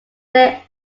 may